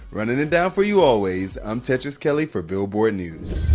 running it down for you always, i'm tetris kelly for billboard news.